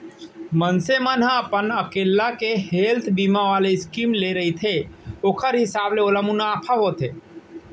मनसे मन ह अपन अकेल्ला के हेल्थ बीमा वाले स्कीम ले रहिथे ओखर हिसाब ले ओला मुनाफा होथे